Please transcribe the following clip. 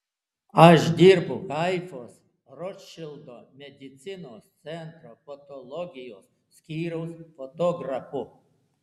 aš dirbu haifos rotšildo medicinos centro patologijos skyriaus fotografu